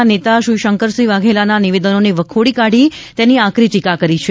ના નેતા શ્રી શંકરસિંહ વાઘેલાના નિવેદનોને વખોડી કાઢી તેની આકરી ટીકા કરી છે